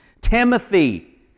Timothy